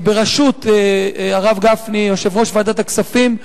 בראשות הרב גפני, יושב-ראש ועדת הכספים.